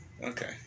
Okay